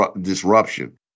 disruption